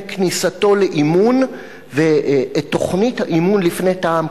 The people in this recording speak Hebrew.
כניסתו לאימון ותוכנית האימון לפני תע"מ,